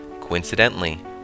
Coincidentally